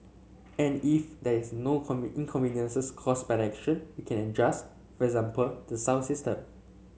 and if there is no inconveniences caused by that action we can in adjust for example the sound system